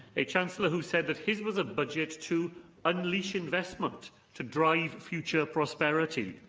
a chancellor who said that his was a budget to unleash investment to drive future prosperity,